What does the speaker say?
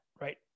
right